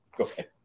Okay